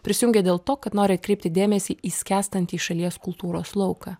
prisijungė dėl to kad nori atkreipti dėmesį į skęstantį šalies kultūros lauką